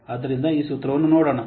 ಆದ್ದರಿಂದ ಈಗ ಸೂತ್ರವನ್ನುನೋಡೋಣ